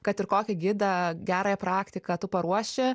kad ir kokį gidą gerąją praktiką tu paruoši